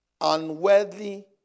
unworthy